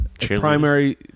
primary